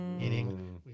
Meaning